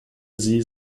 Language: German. sie